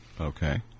Okay